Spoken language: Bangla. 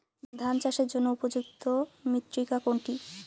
ধান চাষের জন্য উপযুক্ত মৃত্তিকা কোনটি?